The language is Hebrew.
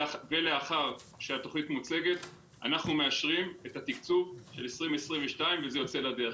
ולאחר שהתוכנית מוצגת אנחנו מאשרים את התקצוב של 2022 וזה יוצא לדרך.